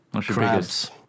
Crabs